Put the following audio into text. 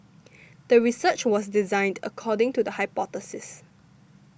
the research was designed according to the hypothesis